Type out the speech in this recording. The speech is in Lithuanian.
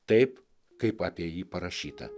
taip kaip apie jį parašyta